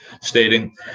stating